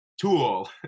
tool